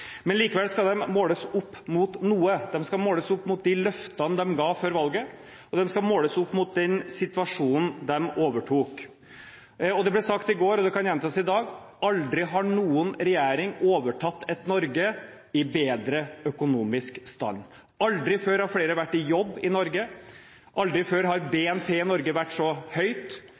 Men likevel skal de måles opp mot noe, de skal måles opp mot løftene de ga før valget, og de skal måles opp mot situasjonen de overtok. Det ble sagt i går, og det kan gjentas i dag: Aldri har noen regjering overtatt et Norge i bedre økonomisk stand. Aldri før har flere vært i jobb i Norge, og aldri før har BNP i Norge vært så høyt.